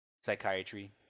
psychiatry